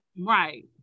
Right